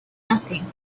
nothing